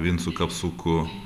vincu kapsuku